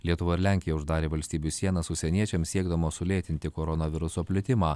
lietuva ir lenkija uždarė valstybių sienas užsieniečiams siekdamos sulėtinti koronaviruso plitimą